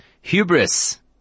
hubris